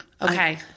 Okay